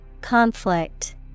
Conflict